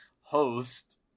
host